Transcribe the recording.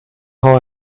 how